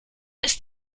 ist